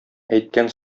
әйткән